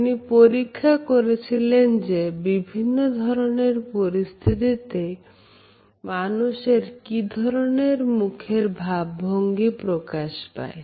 তিনি পরীক্ষা করেছিলেন যে বিভিন্ন ধরনের পরিস্থিতিতে মানুষের কি ধরনের মুখের ভাব ভঙ্গি প্রকাশ পায়